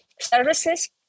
services